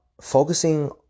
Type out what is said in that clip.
focusing